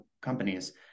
companies